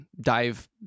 dive